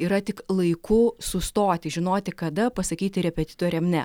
yra tik laiku sustoti žinoti kada pasakyti repetitoriam ne